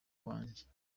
wanjye